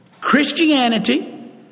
Christianity